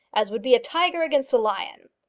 as would be a tiger against a lion.